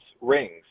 rings